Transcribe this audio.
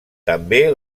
també